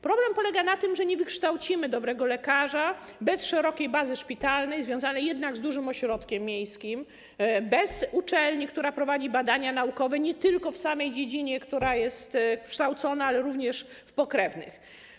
Problem polega na tym, że nie wykształcimy dobrego lekarza bez szerokiej bazy szpitalnej związanej z dużym ośrodkiem miejskim, bez uczelni, która prowadzi badania naukowe nie tylko w tej dziedzinie, w której kształci, ale również w pokrewnych.